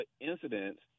incidents